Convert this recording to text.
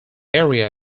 area